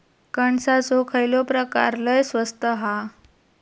कणसाचो खयलो प्रकार लय स्वस्त हा?